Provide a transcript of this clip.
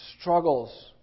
struggles